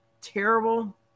terrible